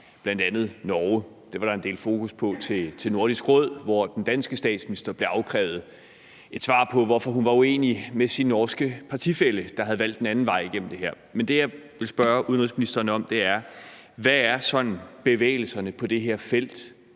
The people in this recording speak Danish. bl.a. Norge. Det var der en del fokus på ved Nordisk Råds session, hvor den danske statsminister blev afkrævet et svar på, hvorfor hun var uenig med sin norske partifælle, der havde valgt en anden vej i det her. Men det, jeg vil spørge udenrigsministeren om, er, hvad sådan bevægelserne er på det her felt